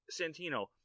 Santino